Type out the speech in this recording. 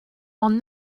ond